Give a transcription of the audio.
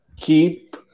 keep